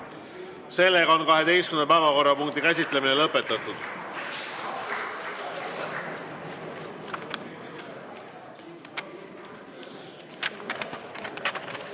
Sellega on 12. päevakorrapunkti käsitlemine lõpetatud.